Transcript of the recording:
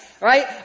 Right